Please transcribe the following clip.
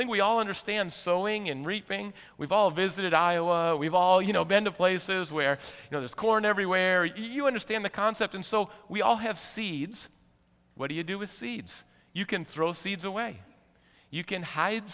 think we all understand sowing and reaping we've all visited iowa we've all you know bend of places where you know there's corn everywhere you understand the concept and so we all have seeds what do you do with seeds you can throw seeds away you can hide